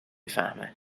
فهمه